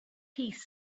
piece